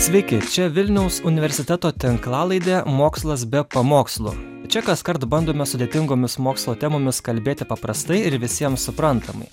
sveiki čia vilniaus universiteto tinklalaidė mokslas be pamokslų čia kaskart bandome sudėtingomis mokslo temomis kalbėti paprastai ir visiems suprantamai